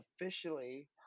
officially